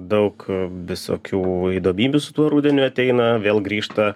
daug visokių įdomybių su tuo rudeniu ateina vėl grįžta